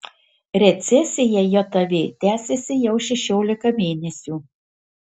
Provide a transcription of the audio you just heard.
recesija jav tęsiasi jau šešiolika mėnesių